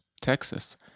Texas